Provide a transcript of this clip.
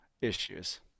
issues